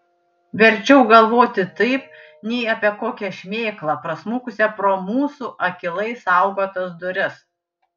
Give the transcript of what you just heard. verčiau galvoti taip nei apie kokią šmėklą prasmukusią pro mūsų akylai saugotas duris